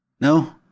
No